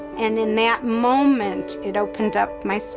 and in that moment it opened up my so